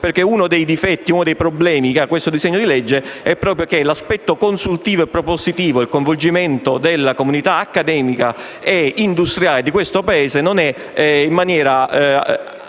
perché uno dei problemi che ha questo disegno di legge è proprio che l'aspetto consultivo e propositivo ed il coinvolgimento della comunità accademica ed industriale di questo Paese non sono previsti